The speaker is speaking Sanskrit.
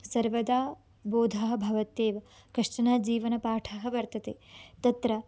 सर्वदा बोधः भवत्येव कश्चन जीवनपाठः वर्तते तत्र